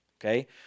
okay